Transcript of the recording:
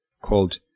called